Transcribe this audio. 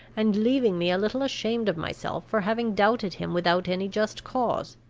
and leaving me a little ashamed of myself for having doubted him without any just cause.